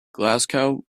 glasgow